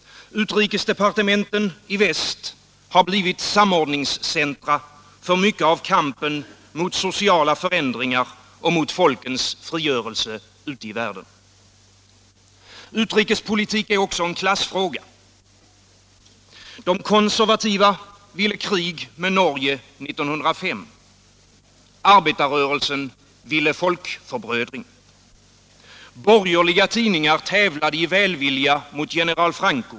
Utrikesdepartementen i väst har blivit samordningscentra för mycket av kampen mot sociala förändringar och mot folkens frigörelse ute i världen. Utrikespolitik är också en klassfråga. De konservativa ville krig mot Norge 1905. Arbetarrörelsen ville folkförbrödring. Borgerliga tidningar tävlade i välvilja mot general Franco.